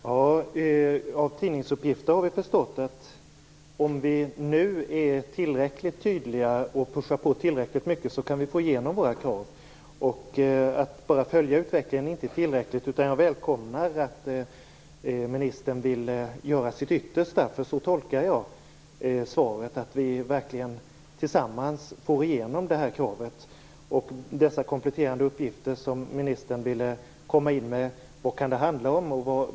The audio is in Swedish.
Herr talman! Av tidningsuppgifter har vi förstått att vi kan få igenom våra krav om vi är tillräckligt tydliga och trycker på tillräckligt mycket nu. Att bara följa utvecklingen är inte tillräckligt. Jag välkomnar att ministern vill göra sitt yttersta - så tolkar jag svaret - för att vi tillsammans skall få igenom detta krav. Vad kan de kompletterande uppgifter som ministern vill komma in med handla om?